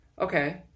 Okay